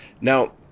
Now